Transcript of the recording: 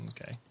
Okay